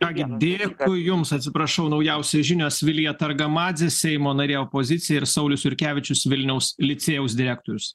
ką gi dėkui jums atsiprašau naujausios žinios vilija targamadzė seimo narė opozicija ir saulius jurkevičius vilniaus licėjaus direktorius